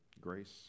grace